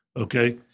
Okay